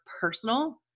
personal